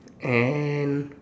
and